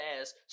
ass